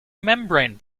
membrane